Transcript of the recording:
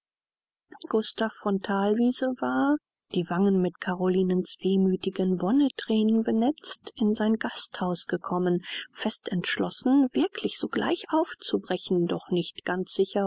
daß gustav von thalwiese war die wangen mit carolinens wehmüthigen wonnethränen benetzt in sein gasthaus gekommen fest entschlossen wirklich sogleich aufzubrechen doch nicht ganz sicher